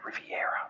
Riviera